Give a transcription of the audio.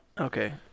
Okay